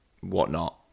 whatnot